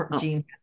Jean